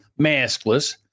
maskless